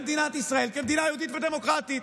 למדינת ישראל כמדינה יהודית ודמוקרטית,